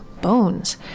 Bones